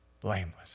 blameless